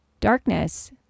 darkness